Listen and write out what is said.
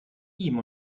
ihm